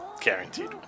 Guaranteed